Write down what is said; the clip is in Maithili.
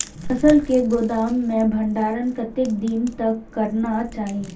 फसल के गोदाम में भंडारण कतेक दिन तक करना चाही?